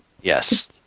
Yes